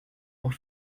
pour